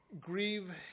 grieve